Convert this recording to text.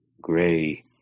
gray